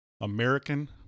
American